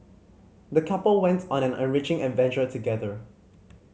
the couple went on an enriching adventure together